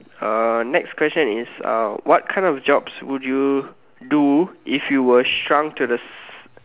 uh next question is uh what kind of jobs would you do if you were shrunk to the s~